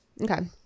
Okay